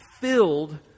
filled